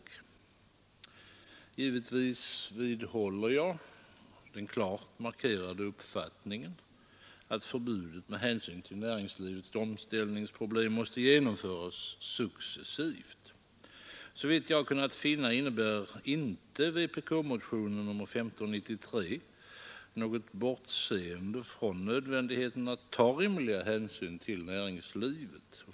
Givetvis vidhåller jag den klart markerade uppfattningen, att förbudet med hänsyn till näringslivets omställningsproblem måste genomföras successivt. Såvitt jag kunnat finna innebär inte vpk-motionen 1593 något bortseende från nödvändigheten att ta rimliga hänsyn till näringslivet.